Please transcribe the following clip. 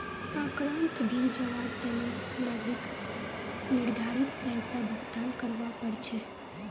पार्कोंत भी जवार तने नागरिकक निर्धारित पैसा भुक्तान करवा पड़ छे